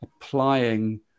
applying